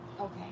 Okay